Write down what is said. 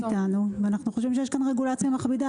בכל מקרה,